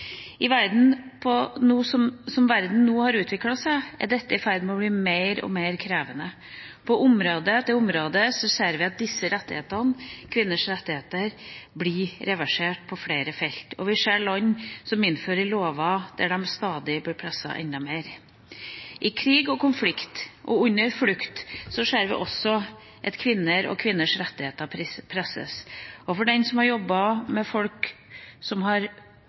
Slik verden nå har utviklet seg, er dette i ferd med å bli mer og mer krevende. På område etter område ser vi at kvinners rettigheter blir reversert på flere felt, og vi ser land som innfører lover der de stadig blir presset enda mer. I krig og konflikt, og under flukt, ser vi også at kvinner og kvinners rettigheter presses, og den som har jobbet med folk som har